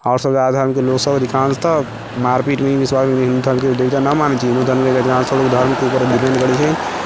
आओर सभधर्मके लोक अधिकांशतः मारपीटमे ही विश्वास रखै छै लेकिन हिन्दू धर्मके देवता नहि मानै छै हिन्दू धर्मके जहाँ लोक उदाहरणपर डिपेन्ड करै छै